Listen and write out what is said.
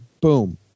boom